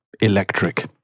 electric